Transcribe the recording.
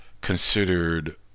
considered